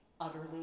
utterly